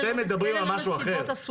אתם מדברים על משהו אחר.